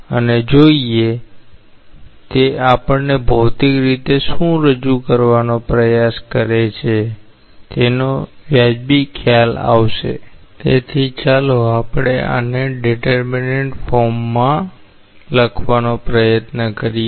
ચાલો જોઈએ અને તે આપણને ભૌતિક રીતે શું રજૂ કરવાનો પ્રયાસ કરે છે તેનો વાજબી ખ્યાલ આપશે